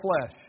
flesh